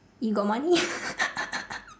you got money